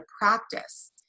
practice